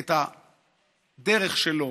את הדרך שלו,